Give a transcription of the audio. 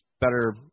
better